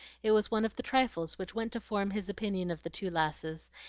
it was one of the trifles which went to form his opinion of the two lasses,